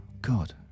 God